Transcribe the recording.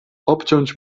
obciąć